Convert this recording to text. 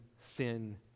sin